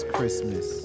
Christmas